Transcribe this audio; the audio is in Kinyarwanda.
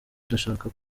ndashaka